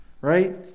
Right